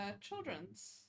children's